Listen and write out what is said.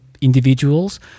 individuals